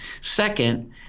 Second